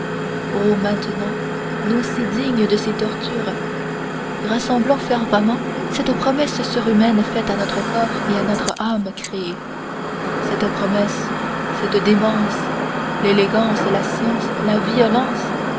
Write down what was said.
o maintenant nous si digne de ces tortures rassemblons fervemment cette promesse surhumaine faite à notre corps et à notre âme créés cette promesse cette démence l'élégance la science la violence